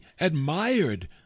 admired